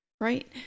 right